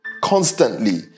constantly